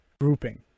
grouping